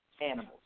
animals